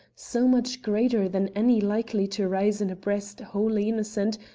so much greater than any likely to rise in a breast wholly innocent,